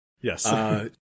Yes